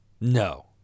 No